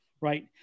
right